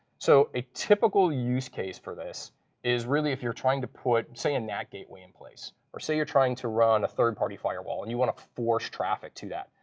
so a typical use case for this is really if you're trying to put, say, a nat gateway in place. or say you're trying to run a third party firewall, and you want to force traffic to that.